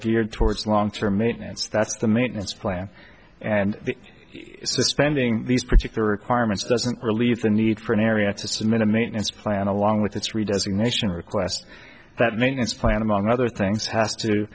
geared towards long term maintenance that's the maintenance plan and suspending these particular requirements doesn't relieve the need for an area to submit a maintenance plan along with its re designation request that maintenance plan among other things has to